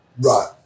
Right